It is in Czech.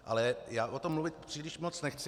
Ale já o tom mluvit příliš moc nechci.